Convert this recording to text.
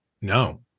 No